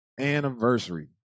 anniversary